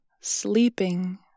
sleeping